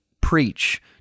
preach